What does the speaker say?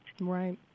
Right